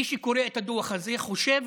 מי שקורא את הדוח הזה חושב